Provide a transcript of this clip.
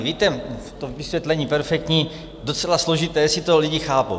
Víte, to vysvětlení je perfektní, docela složité, jestli to lidi chápou.